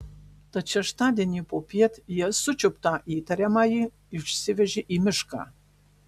tad šeštadienį popiet jie sučiuptą įtariamąjį išsivežė į mišką